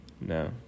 no